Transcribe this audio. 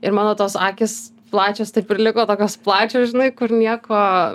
ir mano tos akys plačios taip ir liko tokios plačios žinai kur nieko